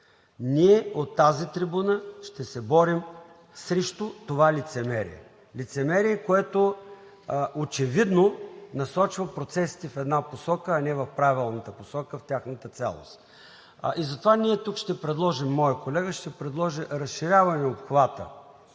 Ние от тази трибуна ще се борим срещу това лицемерие – лицемерие, което очевидно насочва процесите в една посока, а не в правилната посока, в тяхната цялост. И затова ние тук ще предложим – моят колега ще предложи, разширяване обхвата